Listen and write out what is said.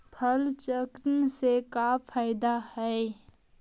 फसल चक्रण से का फ़ायदा हई?